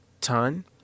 ton